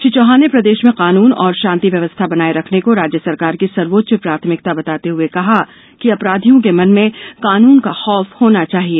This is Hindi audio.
श्री चौहान ने प्रदेश में कानून और शांति व्यवस्था बनाये रखने को राज्य सरकार की सर्वोच्च प्राथमिकता बताते हुए कहा कि अपराधियों के मन में कानून का खौफ होना चाहिए